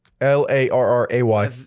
L-A-R-R-A-Y